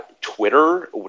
Twitter